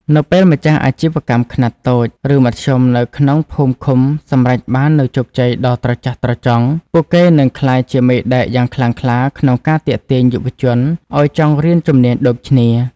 នៅពេលម្ចាស់អាជីវកម្មខ្នាតតូច ឬមធ្យមនៅក្នុងភូមិឃុំសម្រេចបាននូវជោគជ័យដ៏ត្រចះត្រចង់ ពួកគេនឹងក្លាយជាមេដែកយ៉ាងខ្លាំងក្លាក្នុងការទាក់ទាញយុវជនឱ្យចង់រៀនជំនាញដូចគ្នា។